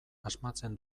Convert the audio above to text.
asmatzen